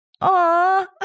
Aw